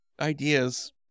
ideas